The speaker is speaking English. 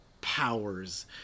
powers